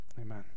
Amen